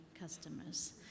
customers